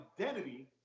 identity